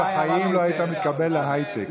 אתה בחיים לא היית מתקבל להייטק.